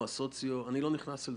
לא נכנס.